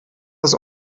das